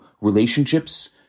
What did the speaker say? relationships